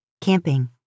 camping